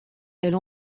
elle